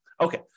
Okay